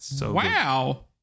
Wow